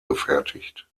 gefertigt